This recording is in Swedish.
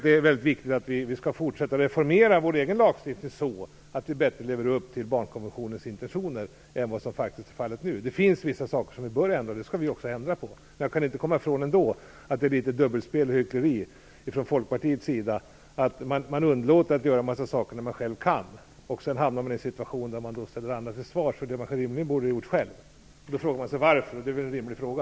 Det är väldigt viktigt att vi fortsätter reformera vår egen lagstiftning så, att vi bättre än vad som faktiskt är fallet nu lever upp till barnkonventionens intentioner. Det finns vissa saker som vi bör ändra, och de skall vi också ändra på. Men jag kan ändå inte komma ifrån uppfattningen att det är litet dubbelspel och hyckleri från Folkpartiets sida. Man undlåter att göra en massa saker när man själv kan, och sedan hamnar man i en situation då man ställer andra till svars för det man rimligen borde gjort själv. Jag frågar mig varför. Det är väl en rimlig fråga?